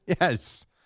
Yes